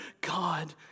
God